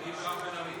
זה מפריע מאוד.